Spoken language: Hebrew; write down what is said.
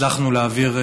הצלחנו להעביר,